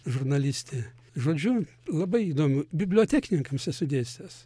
žurnalistė žodžiu labai įdomu bibliotekininkams esu dėstęs